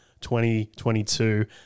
2022